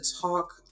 talk